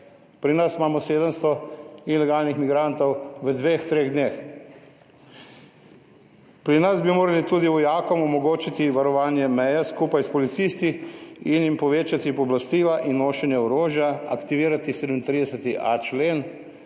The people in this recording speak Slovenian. Pri nas imamo 700 ilegalnih migrantov v 2, 3 dneh! Pri nas bi morali tudi vojakom omogočiti varovanje meje skupaj s policisti in jim povečati pooblastila in nošenje orožja aktivirati 37.a člen,